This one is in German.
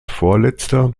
vorletzter